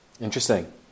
Interesting